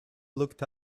looked